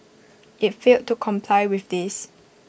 IT failed to comply with this